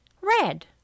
Red